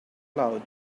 cloud